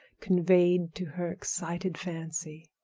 conveyed to her excited fancy.